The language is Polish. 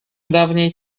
dawniej